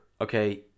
okay